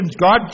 God